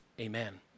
Amen